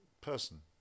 person